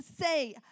say